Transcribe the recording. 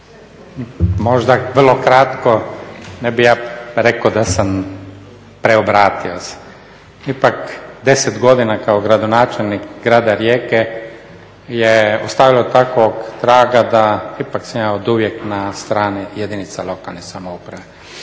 Možda vrlo kratko. Ne bih ja rekao da sam preobratio se. Ipak deset godina kao gradonačelnik grada Rijeke je ostavilo takvog traga, da ipak sam ja oduvijek na strani jedinica lokalne samouprave.